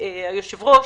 היושב-ראש.